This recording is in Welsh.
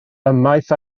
ymaith